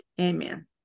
Amen